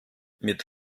mit